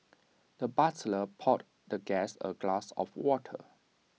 the butler poured the guest A glass of water